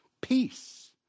Peace